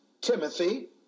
Timothy